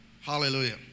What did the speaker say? Hallelujah